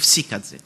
הפסיקה את זה.